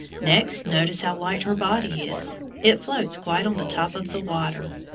next notice how light her body is. it floats quite on the top of the water.